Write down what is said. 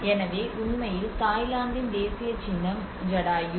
எனவே உண்மையில் தாய்லாந்தின் தேசிய சின்னம் உண்மையில் ஜடாயு